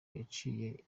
yaciye